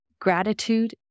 gratitude